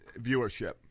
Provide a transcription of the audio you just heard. viewership